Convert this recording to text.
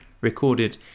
recorded